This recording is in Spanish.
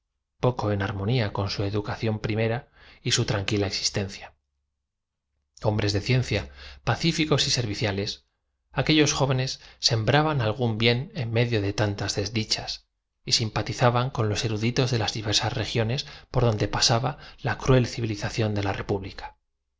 poco en armonía con su edu cación primera y su tranquila existencia hombres de ciencia pacíficos y serviciales aquellos jóvenes sembraban algún bien en medio de tan tas desdichas y simpatizaban con los eruditos de las diversas regiones por donde pasaba la cruel civilización de la república